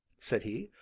said he,